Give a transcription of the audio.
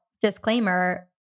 disclaimer